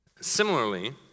Similarly